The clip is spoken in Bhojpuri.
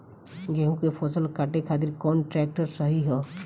गेहूँ के फसल काटे खातिर कौन ट्रैक्टर सही ह?